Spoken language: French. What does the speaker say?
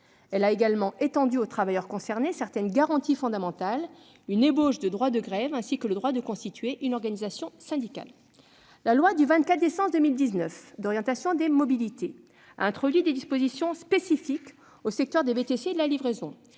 Elle a également étendu aux travailleurs concernés certaines garanties fondamentales : une ébauche de droit de grève, ainsi que le droit de constituer une organisation syndicale. La loi du 24 décembre 2019 d'orientation des mobilités a introduit des dispositions spécifiques aux secteurs des VTC et de la livraison